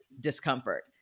discomfort